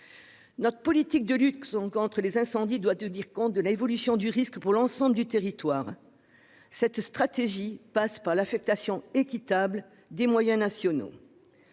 Notre politique de lutte contre les incendies doit tenir compte de l'évolution du risque sur l'ensemble du territoire. Cette stratégie passe par l'affectation équitable des moyens nationaux.